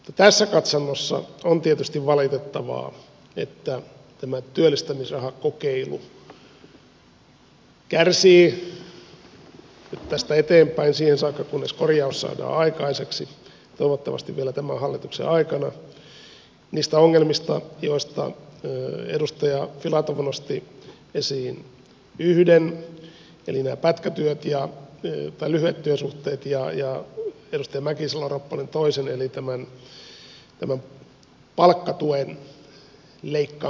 tässä katsannossa on tietysti valitettavaa että tämä työllistymisrahakokeilu kärsii nyt tästä eteenpäin siihen saakka kunnes korjaus saadaan aikaiseksi toivottavasti vielä tämän hallituksen aikana niistä ongelmista joista edustaja filatov nosti esiin yhden eli lyhyet työsuhteet ja edustaja mäkisalo ropponen toisen eli palkkatuen leikkaamisvaikutuksen